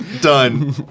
Done